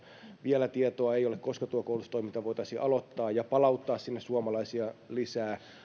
vielä ei ole tietoa koska tuo koulutustoiminta voitaisiin aloittaa ja palauttaa sinne suomalaisia lisää